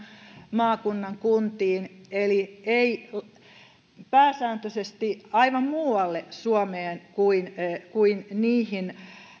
maakunnan kuntiin eli pääsääntöisesti aivan muualle suomeen kuin kuin niihin